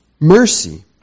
Mercy